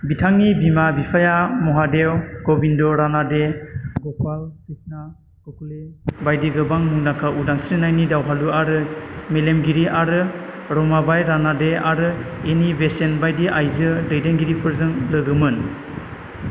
बिथांनि बिमा बिफाया महादेव गोविन्द रानाडे गोपाल कृष्ण ग'खले बायदि गोबां मुंदांखा उदांस्रिनि दावहारु आरो मेलेमगिरि आरो रमाबाई रानाडे आरो एनी बेसेन्ट बायदि आयजो दैदेनगिरिफोरजों लोगोमोन